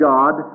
God